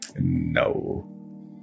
no